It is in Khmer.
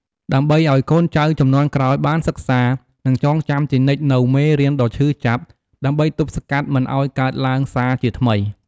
ដើម្បីឲ្យកូនចៅជំនាន់ក្រោយបានសិក្សា និងចងចាំជានិច្ចនូវមេរៀនដ៏ឈឺចាប់ ដើម្បីទប់ស្កាត់មិនឲ្យកើតឡើងសារជាថ្មី។